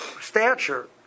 stature